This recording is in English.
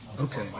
Okay